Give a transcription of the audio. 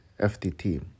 FTT